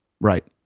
Right